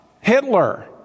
Hitler